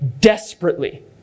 desperately